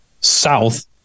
south